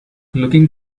looking